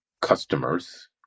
customers